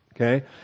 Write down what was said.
Okay